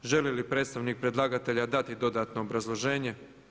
Želi li predstavnik predlagatelja dati dodatno obrazloženje?